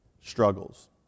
struggles